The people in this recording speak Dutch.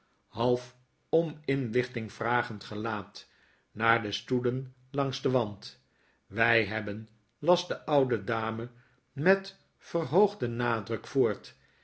half om inlichting vragend gelaat naar de stoelen langs den wand wjj hebben las de oude dame met verhoogden nadruk voort